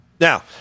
Now